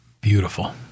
Beautiful